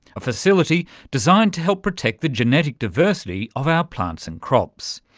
a facility designed to help protect the genetic diversity of our plants and crops.